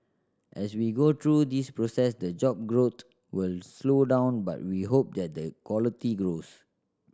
as we go through this process the job growth will slow down but we hope that the quality grows